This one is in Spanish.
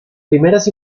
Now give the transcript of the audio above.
primeras